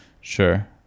Sure